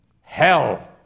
hell